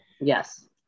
Yes